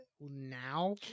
now